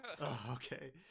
okay